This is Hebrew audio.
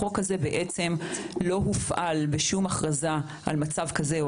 החוק הזה לא הופעל בשום הכרזה על מצב כזה או